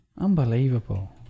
Unbelievable